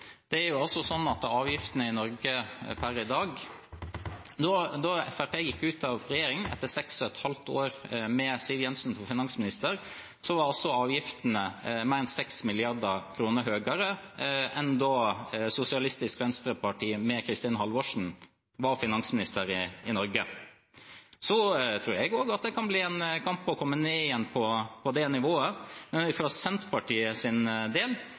Da Fremskrittspartiet gikk ut av regjering, etter seks og et halvt år med Siv Jensen som finansminister, var avgiftene mer enn 6 mrd. kr høyere enn da Sosialistisk Venstreparti med Kristin Halvorsen var finansminister i Norge. Jeg tror også det kan bli en kamp å komme ned igjen på det nivået.